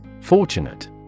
Fortunate